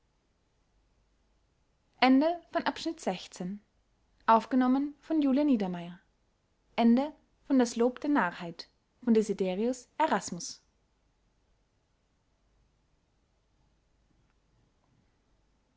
das lob der götter und der